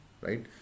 right